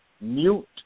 Mute